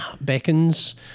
beckons